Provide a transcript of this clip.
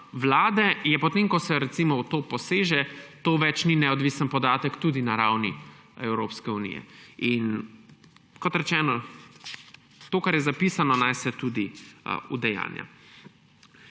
vlade, potem ko se recimo v to poseže, to več ni neodvisen podatek tudi na ravni Evropske unije. Kot rečeno, to, kar je zapisano, naj se tudi udejanja.